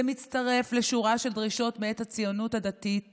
זה מצטרף לשורה של דרישות מאת הציונות הדתית